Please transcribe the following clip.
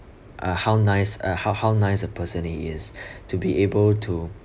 uh how nice uh how how nice a person he is to be able to